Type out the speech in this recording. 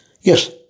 Yes